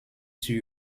sur